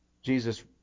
Jesus